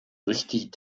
richtig